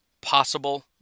possible